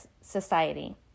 Society